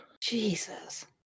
Jesus